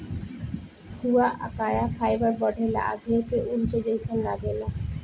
हुआकाया फाइबर बढ़ेला आ भेड़ के ऊन के जइसन लागेला